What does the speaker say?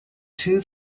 two